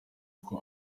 uko